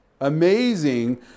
Amazing